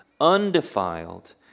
undefiled